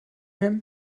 him